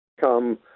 come